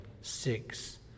Six